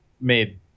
made